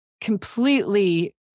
completely